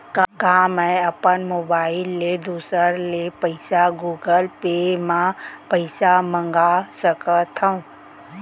का मैं अपन मोबाइल ले दूसर ले पइसा गूगल पे म पइसा मंगा सकथव?